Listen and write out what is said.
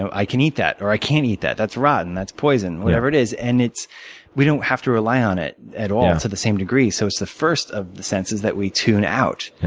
i can eat that, or i can't eat that. that's rotten. that's poison, whatever it is. and we don't have to rely on it at all to the same degree. so it's the first of the senses that we tune out.